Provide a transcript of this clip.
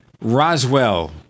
roswell